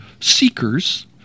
seekers